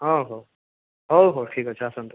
ହଁ ହ ହଉ ହଉ ଠିକ୍ ଅଛି ଆସନ୍ତୁ